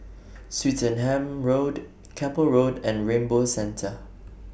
Swettenham Road Keppel Road and Rainbow Centre